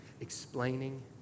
Explaining